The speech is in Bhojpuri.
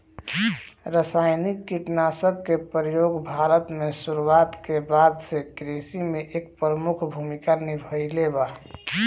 रासायनिक कीटनाशक के प्रयोग भारत में शुरुआत के बाद से कृषि में एक प्रमुख भूमिका निभाइले बा